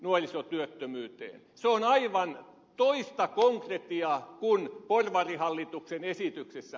se on aivan toista konkretiaa kuin porvarihallituksen esityksessä